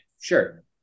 Sure